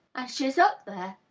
she's up there,